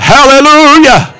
Hallelujah